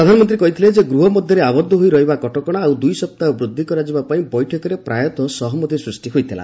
ପ୍ରଧାନମନ୍ତ୍ରୀ କହିଥିଲେ ଗୃହ ମଧ୍ୟରେ ଆବଦ୍ଧ ହୋଇ ରହିବା କଟକଣା ଆଉ ଦୁଇ ସପ୍ତାହ ବୃଦ୍ଧି କରାଯିବା ପାଇଁ ବୈଠକରେ ପ୍ରାୟତଃ ସହମତି ସ୍ଦୃଷ୍ଟି ହୋଇଥିଲା